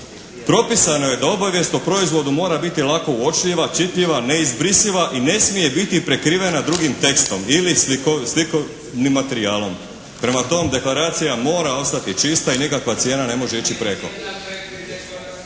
"Propisano je da obavijest o proizvodu mora biti lako uočljiva, čitljiva, neizbrisiva i ne smije biti prekrivena drugim tekstom ili slikovnim materijalom.". Prema tome, deklaracija mora ostati čista i nikakva cijena ne može ići preko.